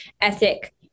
ethic